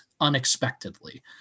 unexpectedly